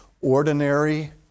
ordinary